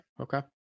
okay